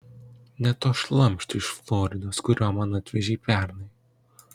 ne to šlamšto iš floridos kurio man atvežei pernai